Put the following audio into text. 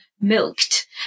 milked